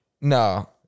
No